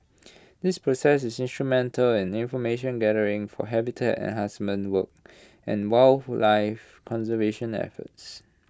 this process is instrumental in information gathering for habitat enhancement work and wildlife conservation efforts